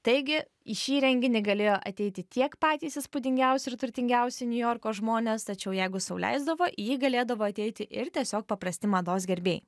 taigi į šį renginį galėjo ateiti tiek patys įspūdingiausi ir turtingiausi niujorko žmonės tačiau jeigu sau leisdavo į jį galėdavo ateiti ir tiesiog paprasti mados gerbėjai